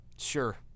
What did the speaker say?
Sure